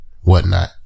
whatnot